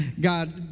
God